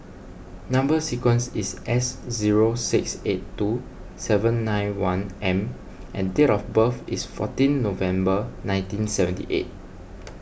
Number Sequence is S zero six eight two seven nine one M and date of birth is fourteen November nineteen seventy eight